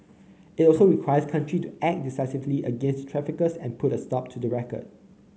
it also requires countries act decisively against the traffickers and put a stop to the racket